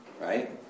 Right